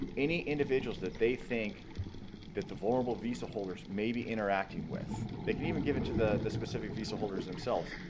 any individuals that they think that the visa but visa holders may be interacting with they can give and give it to the the specific visa holders themselves,